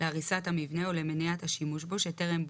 להריסת המבנה או למניעת השימוש בו שטרם בוצע,